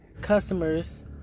customers